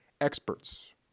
experts